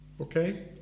Okay